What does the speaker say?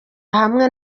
hamwe